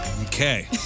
Okay